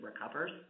recovers